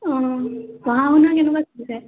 অঁ পঢ়া শুনা কেনেকুৱা চলিছে